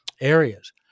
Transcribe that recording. areas